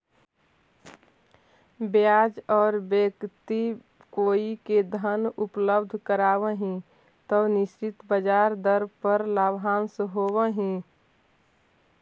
ब्याज पर व्यक्ति कोइओ के धन उपलब्ध करावऽ हई त निश्चित ब्याज दर पर लाभांश होवऽ हई